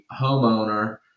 homeowner